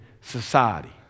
society